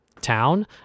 town